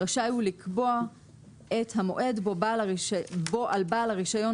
רשאי הוא לקבוע את המועד בו על בעל הרישיון